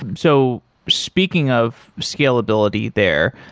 so speaking of scalability there,